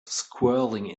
swirling